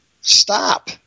stop